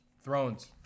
Thrones